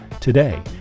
Today